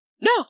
no